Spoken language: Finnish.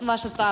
lepälle